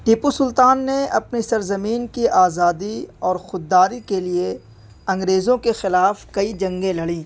ٹیپو سلطان نے اپنی سرزمین کی آزادی اور خوداری کے لیے انگریزوں کے خلاف کئی جنگیں لڑیں